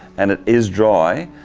and it is dry,